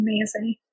amazing